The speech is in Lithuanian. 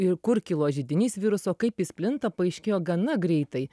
ir kur kilo židinys viruso kaip jis plinta paaiškėjo gana greitai